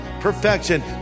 perfection